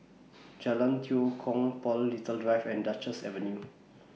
Jalan Tua Kong Paul Little Drive and Duchess Avenue